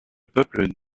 peuple